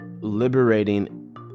liberating